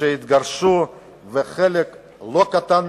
לכאלה שהתגרשו,